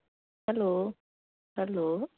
hello hello